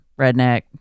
redneck